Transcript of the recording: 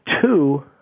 two